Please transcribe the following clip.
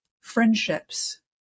friendships